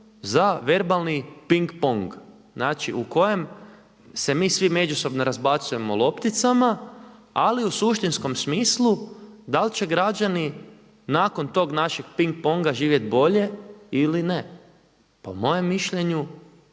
za verbalni ping pong. Znači u kojem se mi svi međusobno razbacujemo lopticama ali u suštinskom smislu da li će građani nakon tog našeg ping ponga živjeti bolje ili ne. Po mojem mišljenju,